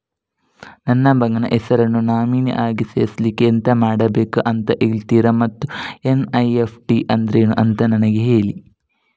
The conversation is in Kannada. ನನ್ನ ಮಗನ ಹೆಸರನ್ನು ನಾಮಿನಿ ಆಗಿ ಸೇರಿಸ್ಲಿಕ್ಕೆ ಎಂತ ಮಾಡಬೇಕು ಅಂತ ಹೇಳ್ತೀರಾ ಮತ್ತು ಎನ್.ಇ.ಎಫ್.ಟಿ ಅಂದ್ರೇನು ಅಂತ ನನಗೆ ಹೇಳಿ